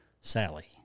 Sally